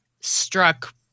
struck